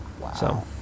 Wow